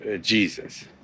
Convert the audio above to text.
Jesus